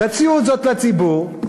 תציעו זאת לציבור,